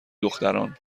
دختران